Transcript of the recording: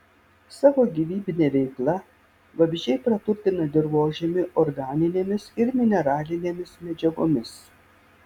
savo gyvybine veikla vabzdžiai praturtina dirvožemį organinėmis ir mineralinėmis medžiagomis